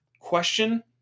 Question